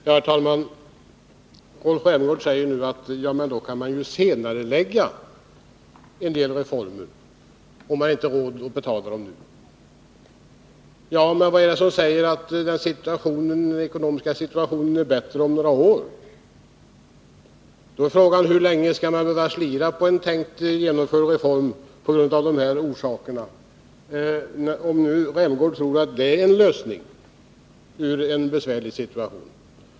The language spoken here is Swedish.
Herr talman! Rolf Rämgård menar att man kan senarelägga en del reformer, om man inte har råd att betala dem nu. Men vad är det som säger att den ekonomiska situationen är bättre om några år? Då är frågan: Hur länge skall man behöva slira på en tänkt reform av de härorsakerna, om Rolf Rämgård tror att det är en lösning i en besvärlig situation?